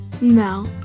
No